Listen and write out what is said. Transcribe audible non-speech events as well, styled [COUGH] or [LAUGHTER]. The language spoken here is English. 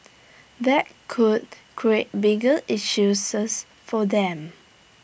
that could [UNINTELLIGIBLE] bigger issues for them